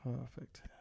perfect